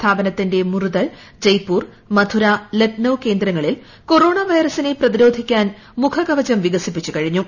സ്ഥാപനത്തിന്റെ മുറുതൽ ജയ്പൂർ മധുര ലക്നൌ കേന്ദ്രങ്ങളിൽ കൊറോണ വൈറസിനെ പ്രതിരോധിക്കാൻ മുഖ കവചം വികസിപ്പിച്ചു കഴിഞ്ഞു